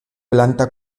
planta